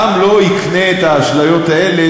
העם לא יקנה את האשליות האלה,